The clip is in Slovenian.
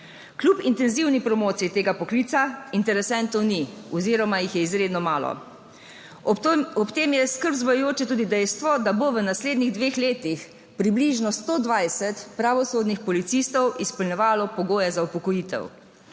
kljub intenzivni promociji tega poklica interesentov ni oziroma jih je izredno malo. Ob tem je skrb vzbujajoče tudi dejstvo, da bo v naslednjih dveh letih približno 120 pravosodnih policistov izpolnjevalo pogoje za upokojitev.